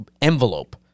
envelope